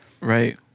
right